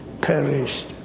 perished